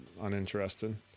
uninterested